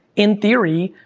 in theory,